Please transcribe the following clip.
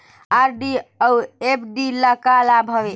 RD अऊ FD ल का लाभ हवे?